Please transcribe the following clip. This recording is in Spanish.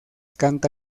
canta